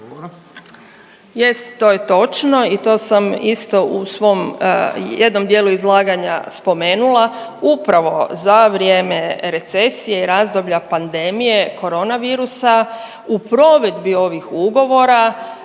To je točno i to sam isto u svom jednom dijelu izlaganja spomenula. Upravo za vrijeme recesije i razdoblja pandemije koronavirusa u provedbi ovih ugovora,